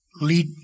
Lead